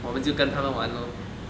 我们就跟他们玩咯